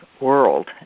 world